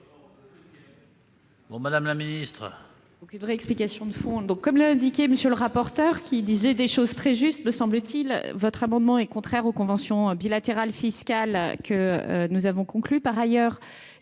Madame la ministre,